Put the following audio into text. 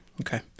Okay